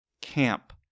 camp